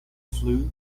flue